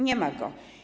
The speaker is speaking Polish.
Nie ma go.